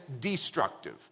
destructive